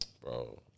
Bro